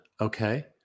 okay